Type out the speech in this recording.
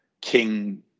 king